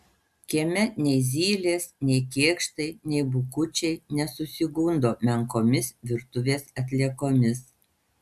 kieme nei zylės nei kėkštai nei bukučiai nesusigundo menkomis virtuvės atliekomis